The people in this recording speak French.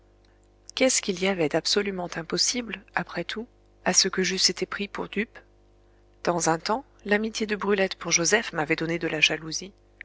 qu'est-ce qu'il y avait d'absolument impossible après tout à ce que j'eusse été pris pour dupe dans un temps l'amitié de brulette pour joseph m'avait donné de la jalousie